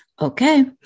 Okay